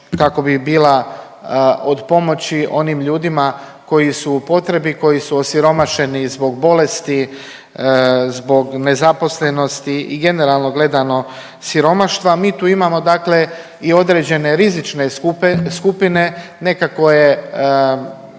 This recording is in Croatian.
kako bi bila od pomoći onim ljudima koji su u potrebi, koji su osiromašeni zbog bolesti, zbog nezaposlenosti i generalno gledano siromaštva, mi tu imamo i određene rizične skupine nekako je